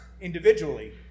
individually